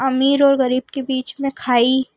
अमीर और ग़रीब के बीच में खाई